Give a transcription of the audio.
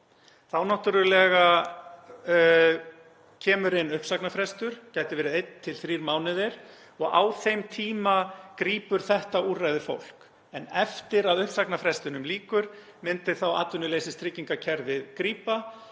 þá náttúrlega kemur inn uppsagnarfrestur sem gæti verið einn til þrír mánuðir og á þeim tíma grípur þetta úrræði fólk. En eftir að uppsagnarfrestinum lýkur myndi atvinnuleysistryggingakerfið grípa